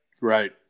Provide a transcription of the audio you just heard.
Right